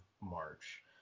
March